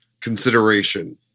consideration